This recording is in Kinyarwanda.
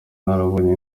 narabonye